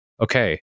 okay